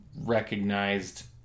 recognized